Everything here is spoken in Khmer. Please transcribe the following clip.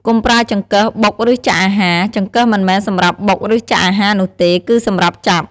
កុំប្រើចង្កឹះបុក ឬចាក់អាហារ ចង្កឹះមិនមែនសម្រាប់បុក ឬចាក់អាហារនោះទេ គឺសម្រាប់ចាប់។